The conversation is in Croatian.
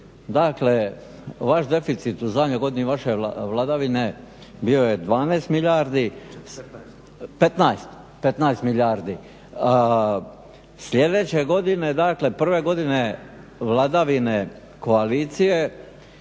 dakle vaš deficit u zadnjoj godini vaše vladavine bio je 12 milijardi … /Upadica: 15./… 15 milijardi. Sljedeće godine, dakle prve godine vladavine koalicije